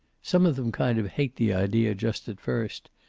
some of them kind of hate the idea, just at first.